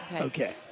Okay